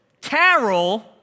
Carol